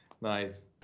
nice